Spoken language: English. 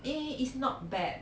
eh is not bad